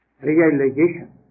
realization